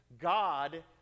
God